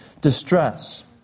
distress